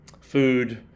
food